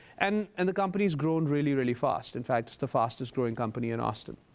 and and the company has grown really, really fast. in fact, it's the fastest growing company in austin.